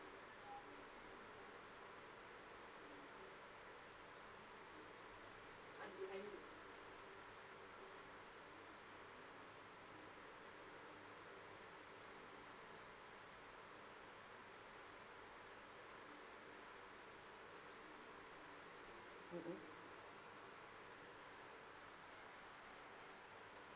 mm mm